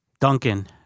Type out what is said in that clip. Duncan